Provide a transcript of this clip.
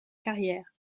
carrière